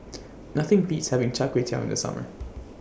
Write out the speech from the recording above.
Nothing Beats having Char Kway Teow in The Summer